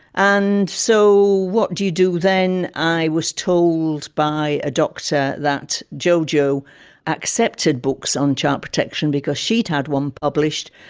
and so what do you do then? i was told by a doctor that jojo accepted accepted books on child protection because she'd had one published.